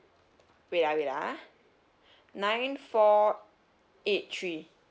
wait ah wait ah nine four eight three